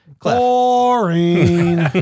Boring